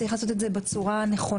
צריך לעשות את זה בצורה נכונה,